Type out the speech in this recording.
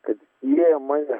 kad jie mane